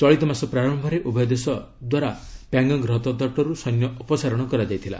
ଚଳିତମାସ ପ୍ରାରନ୍ଭରେ ଉଭୟ ଦେଶ ଦ୍ୱାରା ପ୍ୟାଙ୍ଗଙ୍ଗ ହ୍ରଦ ତଟରୁ ସୈନ୍ୟ ଅପସାରଣ କରାଯାଇଥିଲା